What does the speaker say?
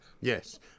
yes